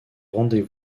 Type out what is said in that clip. rendez